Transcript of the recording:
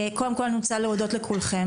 קודם כל אני רוצה להודות לכולכם,